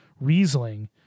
Riesling